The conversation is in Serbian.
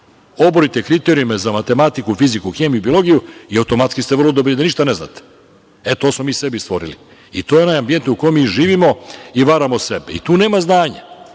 Oborite kriterijume za matematiku, fiziku, hemiju i biologiju i automatski ste vrlodobri da ništa ne znate. E to smo mi sebi stvorili. To je onaj ambijent u kome mi živimo i varamo sebe. Tu nema znanja.